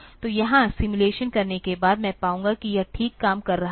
तो यहाँ सिमुलेशन करने के बाद मैं पाऊंगा कि यह ठीक काम कर रहा है